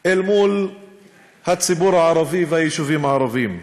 אל מול הציבור הערבי והיישובים הערביים: